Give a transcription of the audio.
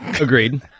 Agreed